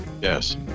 yes